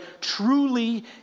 truly